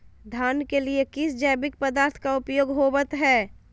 धान के लिए किस जैविक पदार्थ का उपयोग होवत है?